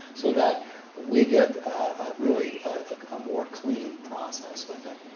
so that we get a really, a more clean process with it.